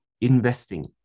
investing